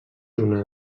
una